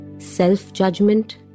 self-judgment